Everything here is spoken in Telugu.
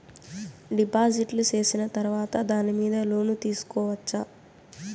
డిపాజిట్లు సేసిన తర్వాత దాని మీద లోను తీసుకోవచ్చా?